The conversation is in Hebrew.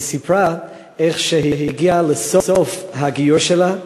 היא סיפרה שהיא הגיעה לסוף הגיור שלה,